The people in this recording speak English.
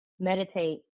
meditate